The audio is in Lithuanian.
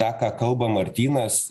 tą ką kalba martynas